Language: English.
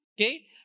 okay